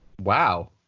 wow